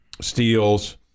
steals